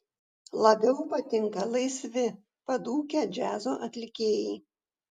labiau patinka laisvi padūkę džiazo atlikėjai